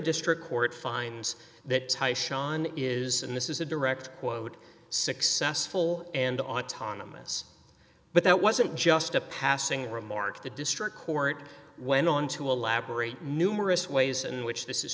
district court finds that tie shon is and this is a direct quote successful and autonomous but that wasn't just a passing remark the district court went on to elaborate numerous ways in which this is